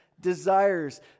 desires